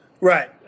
Right